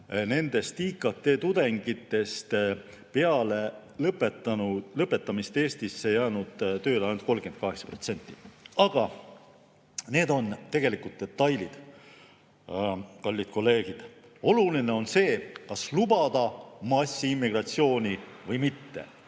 on IKT‑tudengitest peale lõpetamist Eestisse jäänud tööle ainult 38%. Aga need on tegelikult detailid, kallid kolleegid. Oluline on see, kas lubada massiimmigratsiooni või mitte.